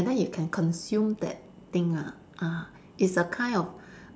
and then you can consume that thing ah ah it's a kind of